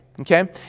okay